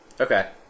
Okay